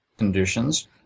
conditions